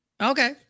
Okay